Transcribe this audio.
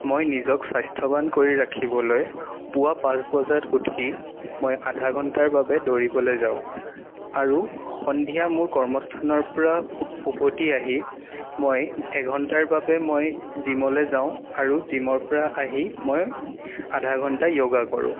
মই নিজক স্বাস্থ্যবান কৰি ৰাখিবলৈ পুৱা পাঁচ বজাত উঠি মই আধা ঘণ্টাৰ বাবে দৌৰিবলৈ যাওঁ আৰু সন্ধিয়া মোৰ কৰ্মস্থানৰ পৰা ও উভতি আহি মই এঘণ্টাৰ বাবে মই জিমলৈ যাওঁ আৰু জিমৰ পৰা আহি মই আধা ঘণ্টা য়'গা কৰোঁ